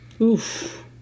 Oof